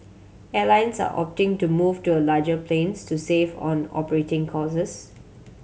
airlines are opting to move to a larger planes to save on operating costs